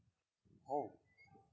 oh